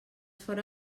fóra